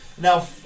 Now